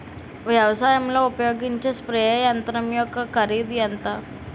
వ్యవసాయం లో ఉపయోగించే స్ప్రే యంత్రం యెక్క కరిదు ఎంత?